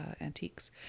antiques